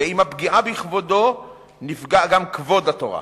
ועם הפגיעה בכבודו נפגע גם כבוד התורה,